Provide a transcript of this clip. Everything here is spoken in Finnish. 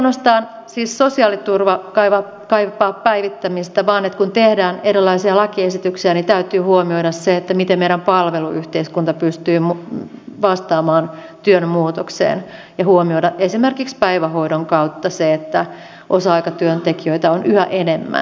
mutta ei ainoastaan sosiaaliturva kaipaa päivittämistä vaan kun tehdään erilaisia lakiesityksiä täytyy huomioida se miten meidän palveluyhteiskunta pystyy vastaamaan työn muutokseen ja huomioida esimerkiksi päivähoidon kautta se että osa aikatyöntekijöitä on yhä enemmän